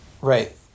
right